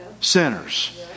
sinners